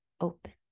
open